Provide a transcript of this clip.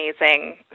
amazing